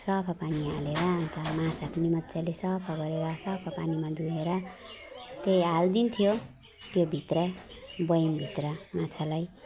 सफा पानी हालेर अन्त माछा पनि मजाले सफा गरेर सफा पानीमा धुएर चाहिँ हालिदिन्थ्यो त्यो भित्र बयमभित्र माछालाई